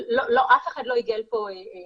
אף אחד לא עיגל פינות